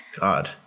God